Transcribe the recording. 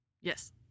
Yes